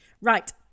Right